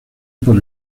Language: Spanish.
por